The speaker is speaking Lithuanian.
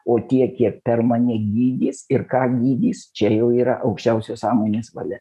o tiek kiek per mane gydys ir ką gydys čia jau yra aukščiausios sąmonės valia